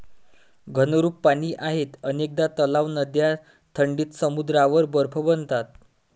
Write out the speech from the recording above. घनरूप पाणी आहे अनेकदा तलाव, नद्या थंडीत समुद्रावर बर्फ बनतात